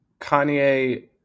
Kanye